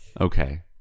Okay